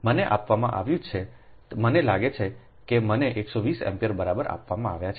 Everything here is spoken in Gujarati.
મને આપવામાં આવ્યું છે મને લાગે છે કે મને 120 એમ્પીયર બરાબર આપવામાં આવ્યા છે